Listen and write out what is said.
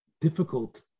difficult